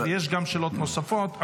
יש גם שאלות נוספות,